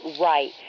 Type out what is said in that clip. right